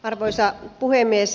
arvoisa puhemies